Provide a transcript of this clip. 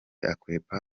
akwepa